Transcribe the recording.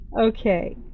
Okay